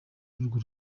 urwo